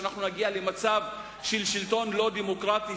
שאנחנו נגיע למצב של שלטון לא דמוקרטי,